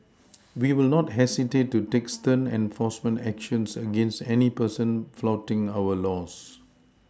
we will not hesitate to take stern enforcement actions against any person flouting our laws